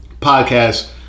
podcast